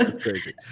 crazy